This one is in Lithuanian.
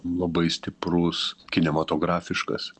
labai stiprus kinematografiškas